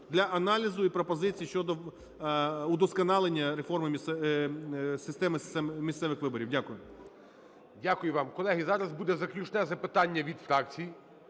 для аналізу і пропозицій щодо удосконалення реформи… системи місцевих виборів. Дякую. ГОЛОВУЮЧИЙ. Дякую вам. Колеги, зараз буде заключне запитання від фракцій,